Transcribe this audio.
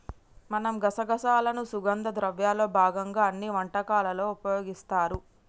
మనం గసగసాలను సుగంధ ద్రవ్యాల్లో భాగంగా అన్ని వంటకాలలో ఉపయోగిస్తారు